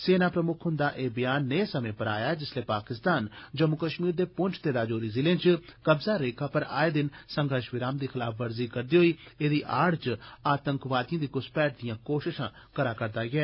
सेना प्रमुक्ख हंदा एह् ब्यान नेय समें पर आया ऐ जिसलै पाकिस्तान जम्मू कश्मीर दे प्छ ते रजौरी जिलें च कब्ज़ा रेखा पर आए दिन संघर्ष विराम दी खलाफवर्जी करदे होई एह्दी आड़ च आतंकवादिएं दी घ्सपैठ दी कोशशां करा'रदा ऐ